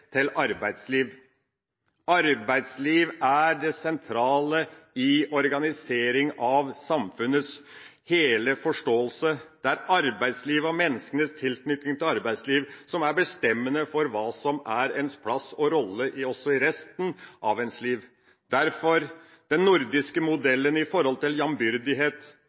arbeidsliv. Arbeidsliv er det sentrale i organisering av samfunnets hele forståelse. Det er arbeidsliv og menneskenes tilknytning til arbeidsliv som er bestemmende for hva som er ens plass og rolle også i resten av ens liv. Derfor: Den nordiske modellen knyttet til jambyrdighet